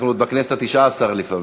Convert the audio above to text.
אנחנו עוד בכנסת התשע-עשרה לפעמים.